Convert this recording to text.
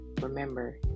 remember